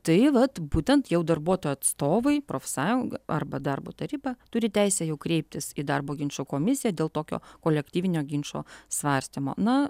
tai vat būtent jau darbuotojų atstovai profsąjunga arba darbo taryba turi teisę jau kreiptis į darbo ginčų komisiją dėl tokio kolektyvinio ginčo svarstymo na